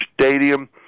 stadium